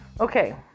Okay